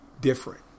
different